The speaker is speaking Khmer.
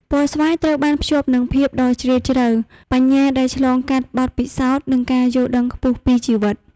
ពណ៌ស្វាយត្រូវបានភ្ជាប់នឹងភាពដ៏ជ្រាលជ្រៅ បញ្ញាដែលឆ្លងកាត់បទពិសោធន៍ និងការយល់ដឹងខ្ពស់ពីជីវិត។